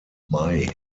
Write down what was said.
mai